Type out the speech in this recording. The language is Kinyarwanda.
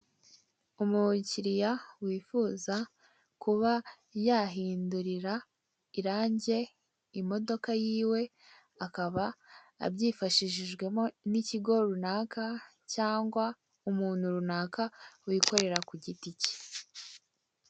Umukiriya wifuza kuba yahindurira irange imodoka yiwe akaba abyifashishijwemo n'ikigo runaka, cyangwa umuntu runaka wikorera ku giti cye.